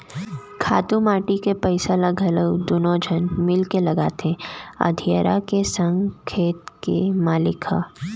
खातू माटी के पइसा ल घलौ दुनों झन मिलके लगाथें अधियारा के संग खेत के मालिक ह